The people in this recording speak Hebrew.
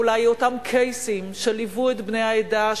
אולי אותם קייסים שליוו את בני העדה,